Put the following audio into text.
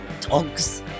dogs